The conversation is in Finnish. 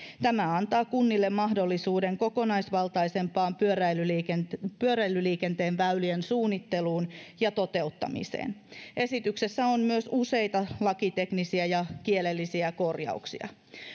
tämä antaa kunnille mahdollisuuden kokonaisvaltaisempaan pyöräilyliikenteen pyöräilyliikenteen väylien suunnitteluun ja toteuttamiseen esityksessä on myös useita lakiteknisiä ja kielellisiä korjauksia